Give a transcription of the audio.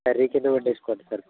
curry కింద వండేసుకోండి సరిపోతుంది